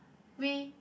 we